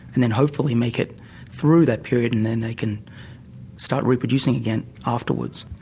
and then hopefully make it through that period and then they can start reproducing again afterwards.